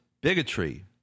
bigotry